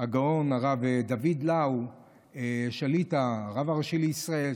הגאון הרב דוד לאו שליט"א, הרב הראשי לישראל.